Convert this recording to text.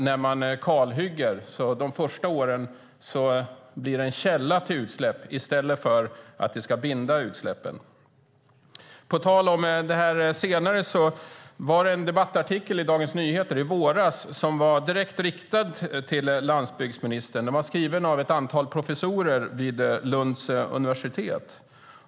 När man kalhugger blir det de första åren en källa till utsläpp i stället för att binda utsläpp. Det var en debattartikel i Dagens Nyheter i våras som var direkt riktad till landsbygdsministern. Den var skriven av ett antal professorer vid Lunds universitet.